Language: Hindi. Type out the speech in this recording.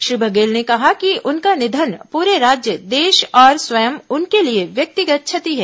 श्री बघेल ने कहा कि उनका निधन पूरे राज्य देश और उनके लिए व्यक्तिगत क्षति है